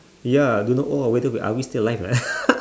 ya do not know whether are we still alive or not